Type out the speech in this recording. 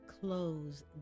close